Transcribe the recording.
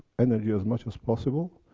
energy as much as possible,